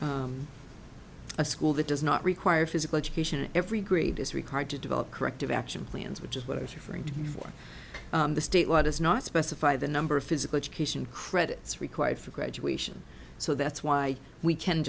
for a school that does not require physical education and every grade is required to develop corrective action plans which is what i was your friend for the state law does not specify the number of physical education credits required for graduation so that's why we can